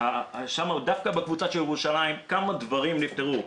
דווקא בקבוצה של ירושלים כמה דברים נפתרו,